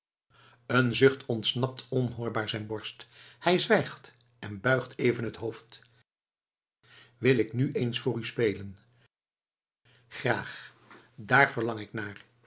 een zucht ontsnapt onhoorbaar zijn borst hij zwijgt en buigt even het hoofd wil ik nu eens voor u spelen graag daar verlang ik naar